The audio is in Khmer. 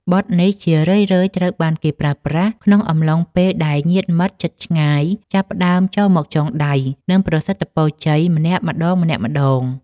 បទនេះជារឿយៗត្រូវបានគេប្រើប្រាស់ក្នុងអំឡុងពេលដែលញាតិមិត្តជិតឆ្ងាយចាប់ផ្តើមចូលមកចងដៃ និងប្រសិទ្ធពរជ័យម្នាក់ម្តងៗ។